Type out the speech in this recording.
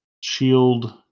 Shield